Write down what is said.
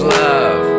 love